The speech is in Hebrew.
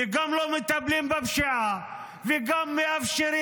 גם לא מטפלים בפשיעה, וגם מאפשרים